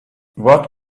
what